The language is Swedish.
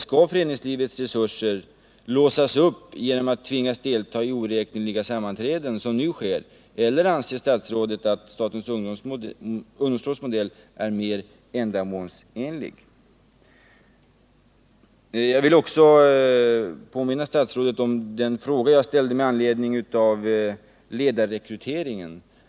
Skall föreningslivets resurser låsas upp genom att man tvingas delta i oräkneliga sammanträden, såsom nu sker, eller anser statsrådet att statens ungdomsråds modell är mer ändamålsenlig? Jag vill också påminna statsrådet om den fråga jag ställde om ledarrekryteringen.